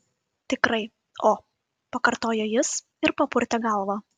tikrai o pakartojo jis ir papurtė galvą